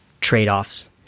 trade-offs